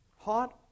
Hot